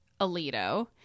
Alito